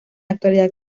actualidad